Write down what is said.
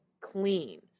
clean